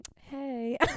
Hey